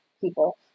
people